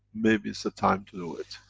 maybe it's the time to do it.